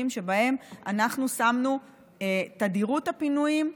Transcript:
שבהם אנחנו שמנו את תדירות הפינויים,